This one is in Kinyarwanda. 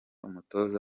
umutoza